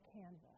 canvas